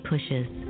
pushes